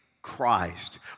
Christ